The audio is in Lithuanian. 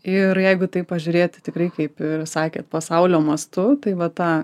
ir jeigu taip pažiūrėti tikrai kaip sakėt pasaulio mastu tai va tą